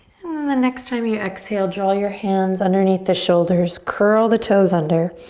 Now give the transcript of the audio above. and then the next time you exhale draw your hands underneath the shoulders, curl the toes under,